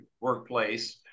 workplace